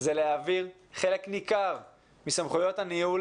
זה להעביר חלק ניכר מסמכויות הניהול